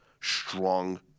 strong